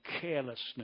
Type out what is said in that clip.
carelessness